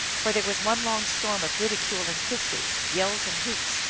for there was one long storm of ridicule and hisses, yells and hoots,